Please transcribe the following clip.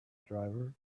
driver